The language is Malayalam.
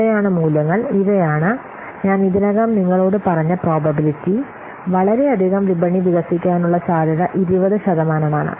ഇവയാണ് മൂല്യങ്ങൾ ഇവയാണ് ഞാൻ ഇതിനകം നിങ്ങളോട് പറഞ്ഞ പ്രോബബിലിറ്റി വളരെയധികം വിപണി വികസിക്കാനുള്ള സാധ്യത 20 ശതമാനമാണ്